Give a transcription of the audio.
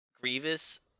grievous